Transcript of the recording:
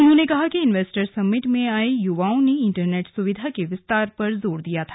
उन्होंने कहा कि इन्वेस्टर्स समिट में आये युवाओं ने इन्टरनेट सुविधा के विस्तार पर जोर दिया था